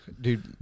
Dude